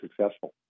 successful